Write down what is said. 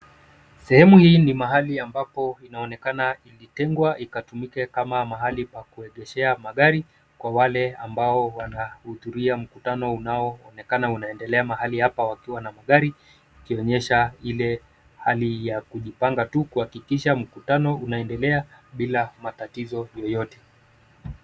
Sehemu hii ni mahali ambapo inaonekana ilitengwa ikatumike kama mahali pa kuegeshea magari kwa wale ambao wanahudhuria mkutano unaoonekana unaendelea mahali hapa wakiwa na magari, wakionyesha ile hali ya kujipanga tu, kuhakikisha mkutano unaendelea bila matatizo yoyote.